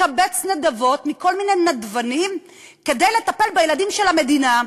לקבץ נדבות מכל מיני נדבנים כדי לטפל בילדים של המדינה,